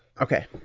okay